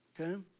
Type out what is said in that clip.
okay